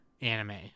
anime